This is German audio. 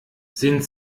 sind